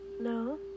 No